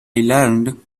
learned